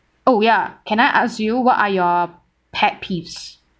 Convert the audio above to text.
oh ya can I ask you what are your pet peeves